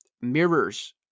mirrors